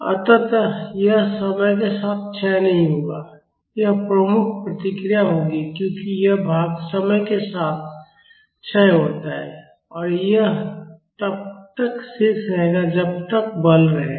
अतः यह समय के साथ क्षय नहीं होगा यह प्रमुख प्रतिक्रिया होगी क्योंकि यह भाग समय के साथ क्षय होता है और यह तब तक शेष रहेगा जब तक बल रहेगा